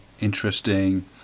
interesting